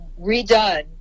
redone